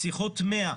שיחות 100,